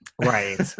Right